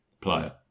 player